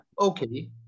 okay